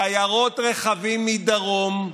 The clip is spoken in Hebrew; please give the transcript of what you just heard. שיירות רכבים מדרום,